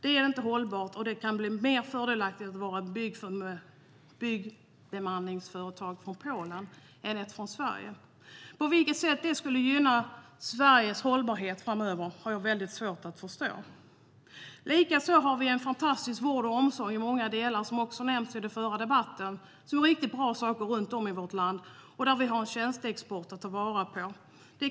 Det är inte hållbart att det kan vara mer fördelaktigt för ett byggbemanningsföretag från Polen än ett från Sverige att verka här. På vilket sätt det skulle gynna Sveriges hållbarhet framöver har jag svårt att förstå. Likaså har vi en fantastisk vård och omsorg i många delar, som också nämndes i den förra debatten, och det görs riktigt bra saker runt om i vårt land. Vi har en tjänsteexport att ta vara på.